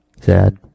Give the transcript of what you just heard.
Sad